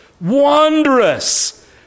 wondrous